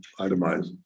itemize